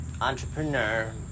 entrepreneur